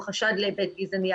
או חשד להיבט גזעני,